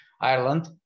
Ireland